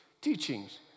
teachings